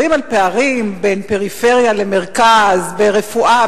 על פערים בין פריפריה למרכז ברפואה,